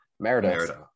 Meredith